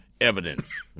evidence